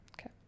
Okay